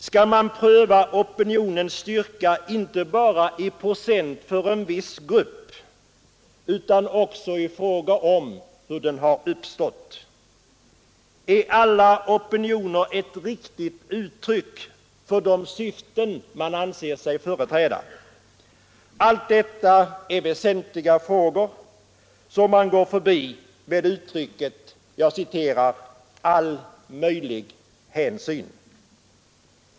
Skall man pröva opinionens styrka inte bara i procent av en viss grupp utan också i fråga om hur den uppstått? Är alla opinioner ett riktigt uttryck för de syften man uppger sig företräda? Allt detta är väsentliga frågor som man går förbi med uttrycket ”all möjlig hänsyn”.